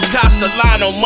Castellano